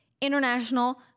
International